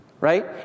Right